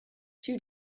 two